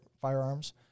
firearms